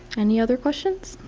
any other questions?